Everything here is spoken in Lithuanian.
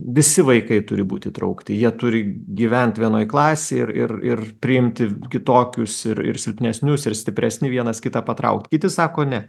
visi vaikai turi būt įtraukti jie turi gyvent vienoj klasėj ir ir ir priimti kitokius ir ir silpnesnius ir stipresni vienas kitą patraukt kiti sako ne